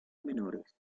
menores